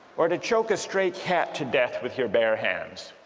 or to choke a stray cat to death with your bare hands